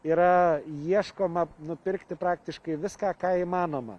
yra ieškoma nupirkti praktiškai viską ką įmanoma